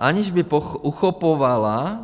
Aniž by uchopovala